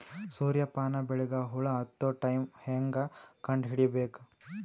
ಸೂರ್ಯ ಪಾನ ಬೆಳಿಗ ಹುಳ ಹತ್ತೊ ಟೈಮ ಹೇಂಗ ಕಂಡ ಹಿಡಿಯಬೇಕು?